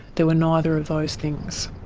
there were neither of those things.